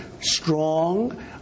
strong